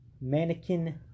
mannequin